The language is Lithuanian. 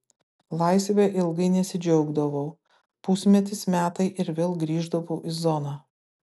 laisve ilgai nesidžiaugdavau pusmetis metai ir vėl grįždavau į zoną